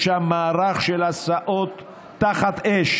יש שם מערך של הסעות תחת אש